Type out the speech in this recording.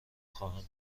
خواهم